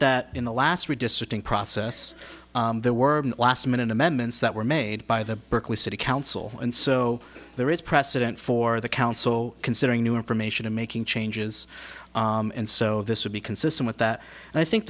that in the last redistricting process there were last minute amendments that were made by the berkeley city council and so there is precedent for the council considering new information and making changes and so this would be consistent with that and i think